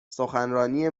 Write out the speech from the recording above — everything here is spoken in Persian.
سخنرانی